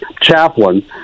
chaplain